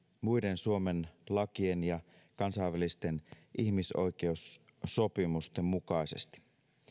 muiden suomen lakien ja kansainvälisten ihmisoikeussopimusten mukaisesti